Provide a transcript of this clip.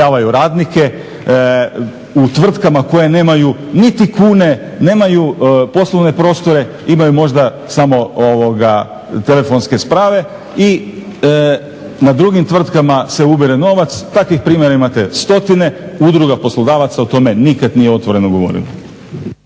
u tvrtkama koje nemaju niti kune, nemaju poslovne prostore, imaju možda samo telefonske sprave i na drugim tvrtkama se ubire novac. Takvih primjera imate stotine, Udruga poslodavaca o tome nikad nije otvoreno govorila.